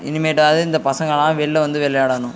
இனிமேட்டாவது இந்த பசங்கலாம் வெளில வந்து விளையாடனும்